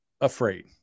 afraid